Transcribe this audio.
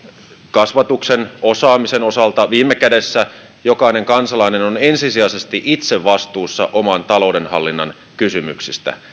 kasvatuksen osaamisen osalta viime kädessä jokainen kansalainen on ensisijaisesti itse vastuussa oman talouden hallinnan kysymyksistä